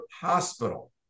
hospital